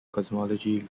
cosmology